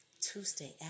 Tuesday